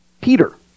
Peter